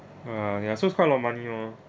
uh ya so it's quite a lot money orh